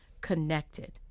Connected